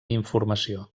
informació